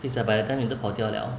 please lah by the time 你都跑掉了